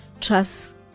trust